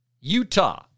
Utah